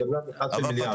--- 11 מיליארד.